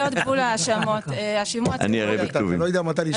אתה לא יודע מתי לשלוח?